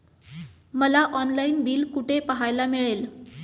मला online bill कुठे पाहायला मिळेल?